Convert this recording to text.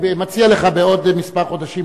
אני מציע לך בעוד כמה חודשים